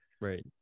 right